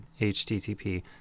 HTTP